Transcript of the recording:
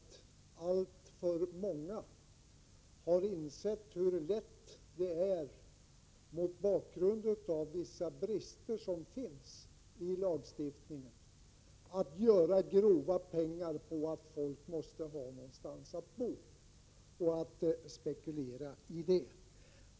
Tyvärr har alltför många, till följd av vissa brister i lagstiftningen, insett hur lätt det är att göra grova pengar på att folk måste ha någonstans att bo. De spekulerar i det.